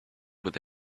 with